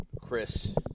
Chris